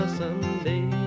someday